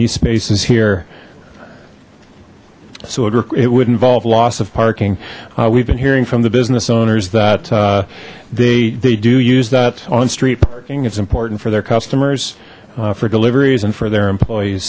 these spaces here so it would involve loss of parking we've been hearing from the business owners that they they do use that on street parking it's important for their customers for deliveries and for their employees